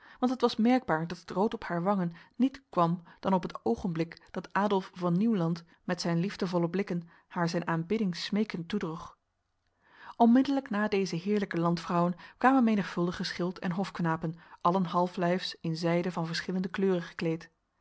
want het was merkbaar dat het rood op haar wangen niet kwam dan op het ogenblik dat adolf van nieuwland met zijn liefdevolle blikken haar zijn aanbidding smekend toedroeg onmiddellijk na deze heerlijke landvrouwen kwamen menigvuldige schild en hofknapen allen halflijfs in zijde van verschillende kleuren gekleed